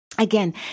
Again